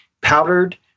powdered